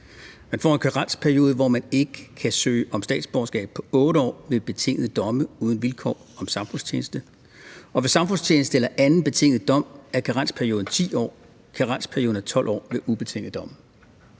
Man får en karensperiode, hvor man ikke kan søge om statsborgerskab, på 8 år ved betingede domme uden vilkår om samfundstjeneste. Og ved samfundstjeneste eller anden betinget dom er karensperioden 10 år, og karensperioden er 12 år ved ubetingede domme.